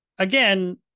Again